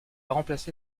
remplacé